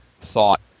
thought